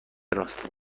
راست